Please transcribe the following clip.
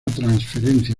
transferencia